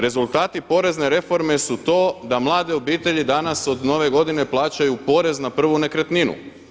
Rezultati porezne reforme su to da mlade obitelji danas od nove godine plaćaju porez na prvu nekretninu.